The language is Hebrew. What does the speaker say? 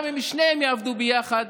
גם אם שניהם יעבדו ביחד,